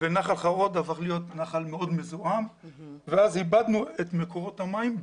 ונחל חרוד הפך להיות נחל מאוד מזוהם ואז איבדנו את מקורות המים.